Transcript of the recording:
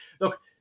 look